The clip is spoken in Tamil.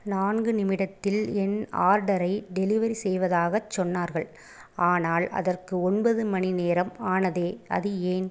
நான்கு நிமிடத்தில் என் ஆர்டரை டெலிவரி செய்வதாகச் சொன்னார்கள் ஆனால் அதற்கு ஒன்பது மணிநேரம் ஆனதே அது ஏன்